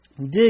dig